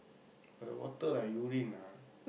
but the water like urine ah